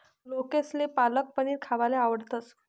लोकेसले पालक पनीर खावाले आवडस